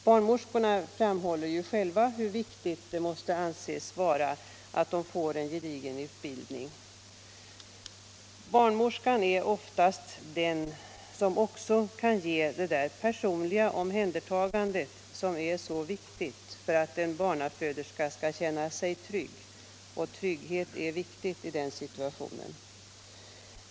Barnmorskorna framhåller själva hur viktigt det måste anses vara att de får en gedigen utbildning. Barnmorskan är oftast den som också kan ge det där personliga omhändertagandet som är så viktigt för att en barnaföderska skall känna sig trygg. Och trygghet är viktig i den situationen.